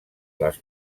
les